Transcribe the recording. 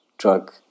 drug